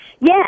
yes